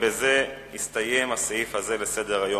ומסתיים הסעיף הזה של סדר-היום.